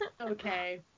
Okay